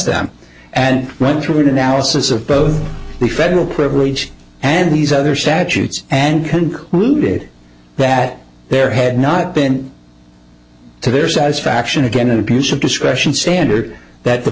them and went through it analysis of both the federal privilege and these other statutes and concluded that there had not been to their satisfaction again an abuse of discretion standard that the